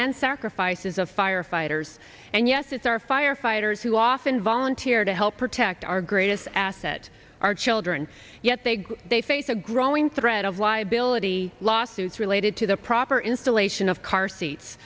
and sacrifices of firefighters and yes it's our firefighters who often volunteer to help protect our greatest asset our children yet they they face a growing threat of liability lawsuits related to the proper installation of car seats